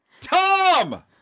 Tom